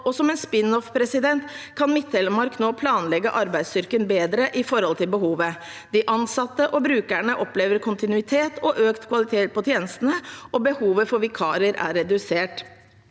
Som en spin-off kan Midt-Telemark nå planlegge arbeidsstyrken bedre i forhold til behovet. De ansatte og brukerne opplever kontinuitet og økt kvalitet på tjenestene, og behovet for vikarer er redusert.